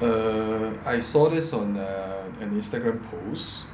err I saw this on err an instagram post